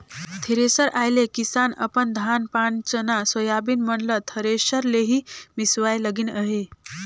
thresher आए ले किसान अपन धान पान चना, सोयाबीन मन ल थरेसर ले ही मिसवाए लगिन अहे